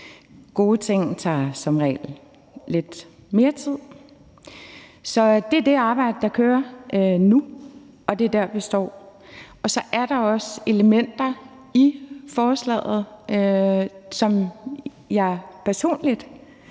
Gode ting tager som regel lidt mere tid. Så det er det arbejde, der kører nu, og det er der, vi står. Så er der også elementer i forslaget, som jeg personligt